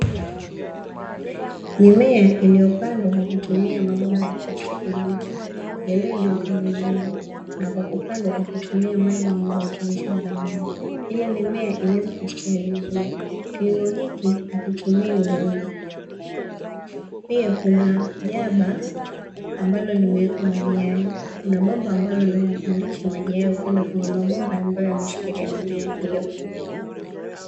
Mimea iliyopandwa kwa kutumia mabomba ya plastiki meupe yaliyonyooaka vizuri na kwa kupandwa kwa kutumia maji yenye virutubisho mbalimbali ili mimea iweze kustawi vizuri. Kilimo hiki hakitumii udongo, pia kuna jaba ambalo limewekwa maji hayo. Kuna bomba ambalo linalopandisha maji hayo kwenda kwenye mabomba ambayo yameshikilia mimea hiyo.